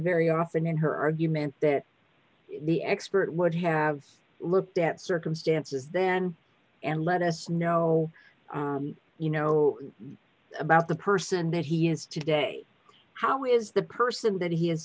very often in her argument that the expert would have looked at circumstances then and let us know you know about the person that he is today how is the person that he is